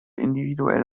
individuell